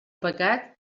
pecat